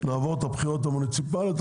נעבור את הבחירות המוניציפליות,